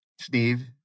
Steve